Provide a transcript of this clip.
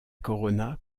corona